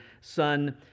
son